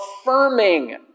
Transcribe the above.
affirming